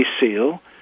SEAL